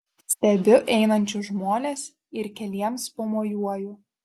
stebiu einančius žmones ir keliems pamojuoju